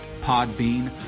Podbean